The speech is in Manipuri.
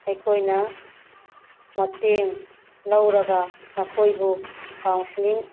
ꯑꯩꯈꯣꯏꯅ ꯃꯇꯦꯡ ꯂꯧꯔꯒ ꯃꯈꯣꯏꯕꯨ ꯀꯥꯎꯟꯁꯤꯂꯤꯡ